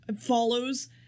follows